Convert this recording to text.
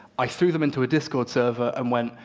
i threw them into a discord server and went,